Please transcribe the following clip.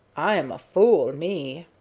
i am a fool, me.